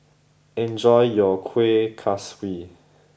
enjoy your Kuih Kaswi